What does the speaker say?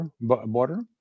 border